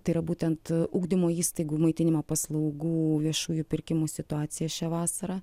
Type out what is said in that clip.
tai yra būtent ugdymo įstaigų maitinimo paslaugų viešųjų pirkimų situaciją šią vasarą